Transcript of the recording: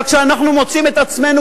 אבל כשאנחנו מוצאים את עצמנו,